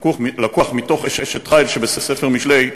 לקוח מתוך "אשת חיל" שבספר משלי,